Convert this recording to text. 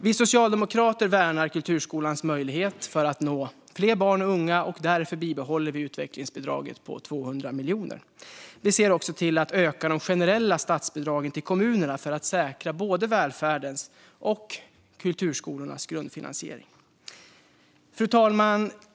Vi socialdemokrater värnar kulturskolans möjlighet att nå fler barn och unga, och därför bibehåller vi utvecklingsbidraget på 200 miljoner. Vi ser också till att öka de generella statsbidragen till kommunerna för att säkra både välfärdens och kulturskolornas grundfinansiering. Fru talman!